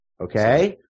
Okay